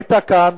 היית כאן,